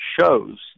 shows